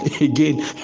again